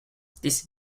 this